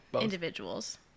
individuals